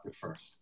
first